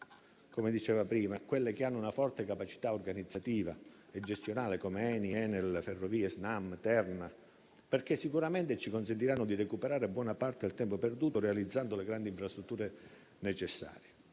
come diceva prima - hanno una forte capacità organizzativa e gestionale come ENI, Enel, Ferrovie, Snam, Terna, perché sicuramente ci consentiranno di recuperare buona parte del tempo perduto realizzando le grandi infrastrutture necessarie.